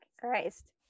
Christ